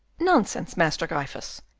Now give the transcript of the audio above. nonsense, master gryphus.